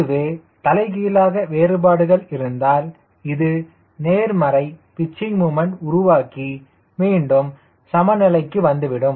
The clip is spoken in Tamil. அதுவே தலைகீழாக வேறுபாடுகள் இருந்தால் இது நேர்மறை பிச்சிங் முமண்ட் உருவாக்கி மீண்டும் சமநிலைக்கு வந்துவிடும்